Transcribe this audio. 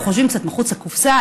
אנחנו חושבים קצת מחוץ לקופסה,